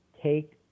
take